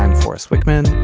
m four s wickman.